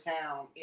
town